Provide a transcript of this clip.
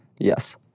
Yes